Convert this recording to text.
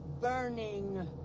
burning